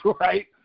right